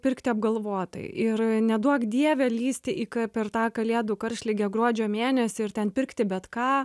pirkti apgalvotai ir neduok dieve lįsti į ka per tą kalėdų karštligę gruodžio mėnesį ir ten pirkti bet ką